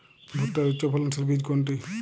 ভূট্টার উচ্চফলনশীল বীজ কোনটি?